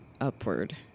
upward